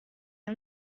停止